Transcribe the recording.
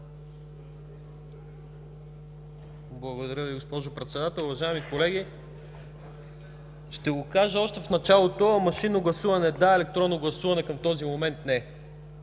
Благодаря Ви, госпожо Председател. Уважаеми колеги, ще го кажа още в началото: машинно гласуване – да, електронно гласуване към този момент – не.